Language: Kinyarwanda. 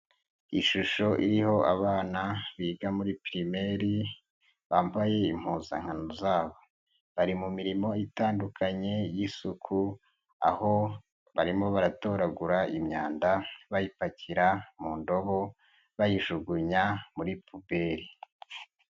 Ishusho iriho abana biga muri primaire, bambaye impuzankano zabo, bari mu mirimo itandukanye y'isuku, aho barimo baratoragura imyanda bayipakira mu ndobo bayijugunya muri puberi.